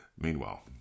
Meanwhile